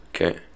Okay